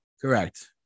Correct